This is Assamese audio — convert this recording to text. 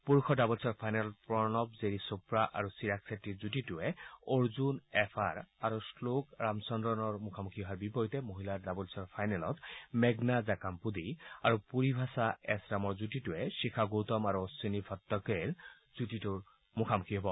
পুৰুষৰ ডাবলছ ফাইনেলত প্ৰণৱ জেৰী চোপ্ৰা আৰু চিৰাগ চেট্টিৰ যুটীয়ে অৰ্জুন এম আৰ আৰু শ্ল'ক ৰামচন্দ্ৰনৰ মুখামুখি হোৱাৰ বিপৰীতে মহিলাৰ ডাবলছ ফাইনেলত মেঘনা জাকামপুডী আৰু পুৰভিছা এছ ৰামৰ যুটীয়ে শিখা গৌতম আৰু অখিনী ভট্ট কেৰ যুটীৰ মুখামুখি হ'ব